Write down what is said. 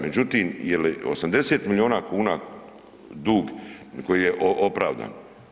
Međutim, je li 80 milijuna kuna dug koji je opravdan?